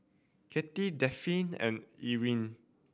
Katy Dafne and Irine